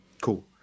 Cool